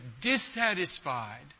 dissatisfied